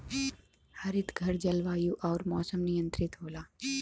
हरितघर जलवायु आउर मौसम नियंत्रित होला